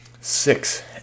Six